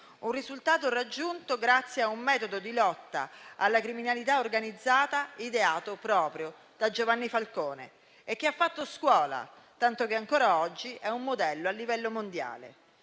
Un risultato raggiunto grazie a un metodo di lotta alla criminalità organizzata ideato proprio da Giovanni Falcone e che ha fatto scuola, tanto che ancora oggi è un modello a livello mondiale.